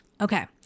Okay